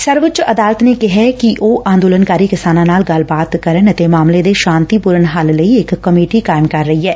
ਸਰਵਉੱਚ ਅਦਾਲਤ ਨੇ ਕਿਹੈ ਕਿ ਉਹ ਅੰਦੋਲਨਕਾਰੀ ਕਿਸਾਨਾਂ ਨਾਲ ਗੱਲਬਾਤ ਕਰਨ ਅਤੇ ਮਾਮਲੇ ਦੇ ਸ਼ਾਤੀਪੁਰਨ ਹੱਲ ਲਈ ਇਕ ਕਮੇਟੀ ਕਾਇਮ ਕਰ ਰਹੀ ਐ